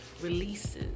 releases